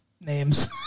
names